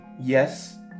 yes